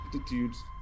attitudes